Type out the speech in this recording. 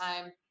time